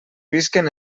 visquen